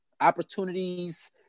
opportunities